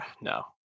no